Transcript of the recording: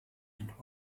and